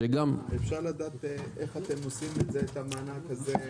אפשר לדעת איך אתם עושים את זה, את המענק הזה?